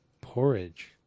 porridge